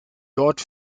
dort